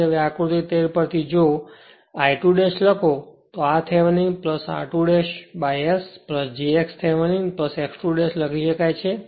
તેથી હવે આકૃતિ 13 થી જો I2 લખો પછી r Thevenin r2 by S j x Thevenin x 2 લખી શકાય છે